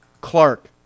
Clark